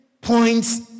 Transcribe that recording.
points